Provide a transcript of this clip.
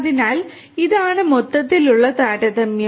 അതിനാൽ ഇതാണ് മൊത്തത്തിലുള്ള താരതമ്യം